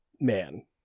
man